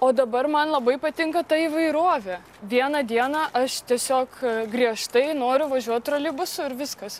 o dabar man labai patinka ta įvairovė vieną dieną aš tiesiog griežtai noriu važiuot troleibusu ir viskas